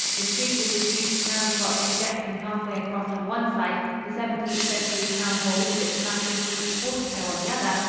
the street with the huge town clock projecting half way across on one side, the seventeenth century town hall with its massive greek portico on the other,